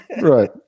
Right